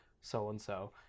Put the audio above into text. so-and-so